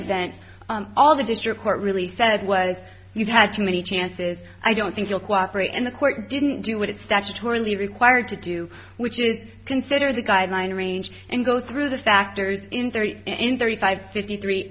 event all the district court really said was you've had too many chances i don't think you'll cooperate in the court didn't do what it statutorily required to do which is consider the guideline range and go through the factors in thirty five fifty three